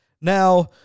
Now